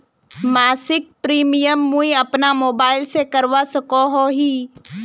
मासिक प्रीमियम मुई अपना मोबाईल से करवा सकोहो ही?